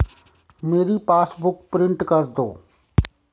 मेरी passbook print कर दो